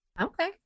Okay